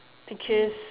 because